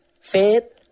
faith